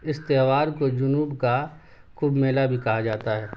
اس تہوار کو جنوب کا کمبھ میلہ بھی کہا جاتا ہے